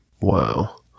Wow